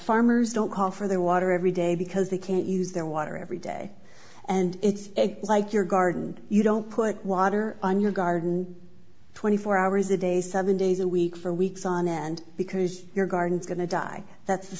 farmers don't call for their water every day because they can't use their water every day and it's like your garden you don't put water on your garden twenty four hours a day seven days a week for weeks on end because your garden is going to die that's the